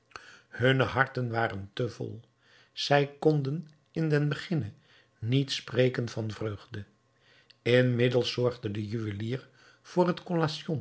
hunne harten waren te vol zij konden in den beginne niet spreken van vreugde inmiddels zorgde de juwelier voor het